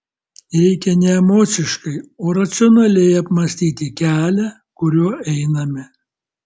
reikia ne emociškai o racionaliai apmąstyti kelią kuriuo einame